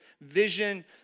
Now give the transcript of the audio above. vision